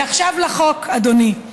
ועכשיו לחוק, אדוני.